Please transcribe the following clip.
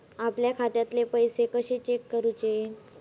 आपल्या खात्यातले पैसे कशे चेक करुचे?